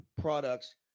products